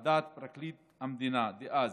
על דעת פרקליט המדינה דאז,